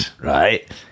Right